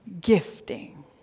gifting